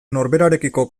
norberarekiko